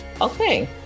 okay